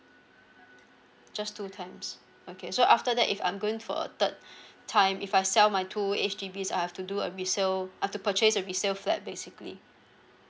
just two times okay so after that if I'm going for a third time if I sell my two H_D_Bs I have to do a resale I have to purchase a resale flat basically